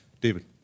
David